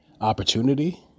opportunity